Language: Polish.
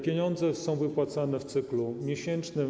Pieniądze są wypłacane w cyklu miesięcznym.